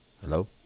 Hello